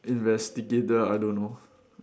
investigator I don't know